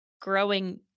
growing